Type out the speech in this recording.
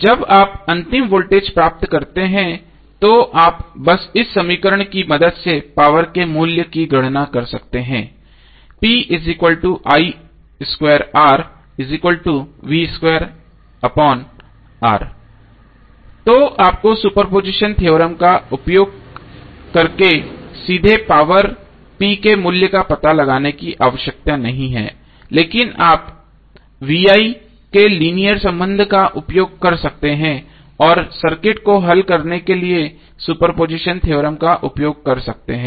जब आप अंतिम वोल्टेज प्राप्त करते हैं तो आप बस इस समीकरण की मदद से पावर के मूल्य की गणना कर सकते हैं तो आपको सुपरपोजिशन थ्योरम का उपयोग करके सीधे पावर के मूल्य का पता लगाने की आवश्यकता नहीं है लेकिन आप VI के लीनियर संबंध का उपयोग कर सकते हैं और सर्किट को हल करने के लिए सुपरपोजिशन थ्योरम का उपयोग कर सकते हैं